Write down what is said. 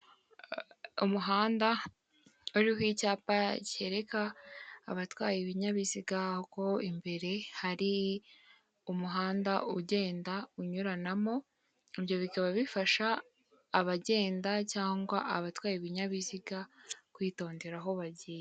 Umuhanda uriho icyapa kereka abatwaye ibinyabiziga ko imbere hari umuhanda ugenda unyuranamo, ibyo bikaba bifasha abagenda cyangwa abatwaye ibinyabiziga kwitonde aho bagiye.